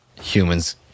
Humans